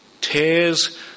tears